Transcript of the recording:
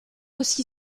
aussi